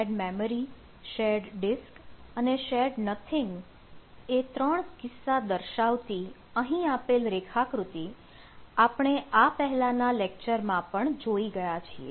shared memory shared disk અને shared nothing એ ૩ કિસ્સા દર્શાવતી અહીં આપેલ રેખાકૃતિ આપણે આ પહેલાના લેક્ચરમાં પણ જોઈ ગયા છીએ